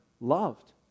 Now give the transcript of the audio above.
loved